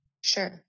Sure